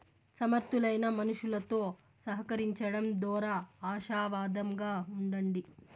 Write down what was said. సమర్థులైన మనుసులుతో సహకరించడం దోరా ఆశావాదంగా ఉండండి